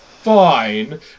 fine